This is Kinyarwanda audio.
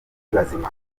bazima